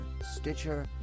Stitcher